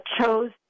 chose